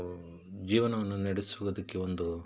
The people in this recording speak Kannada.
ಜೀವನವನ್ನು ನಡೆಸುವುದಕ್ಕೆ ಒಂದು